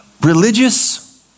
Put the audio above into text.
religious